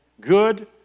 Good